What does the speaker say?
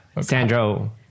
Sandro